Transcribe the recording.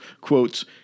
quotes